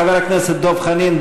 חבר הכנסת דב חנין,